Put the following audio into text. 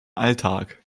alltag